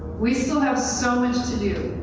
we still have so much to do.